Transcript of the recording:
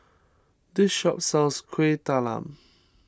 this shop sells Kuih Talam